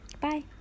bye